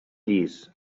llis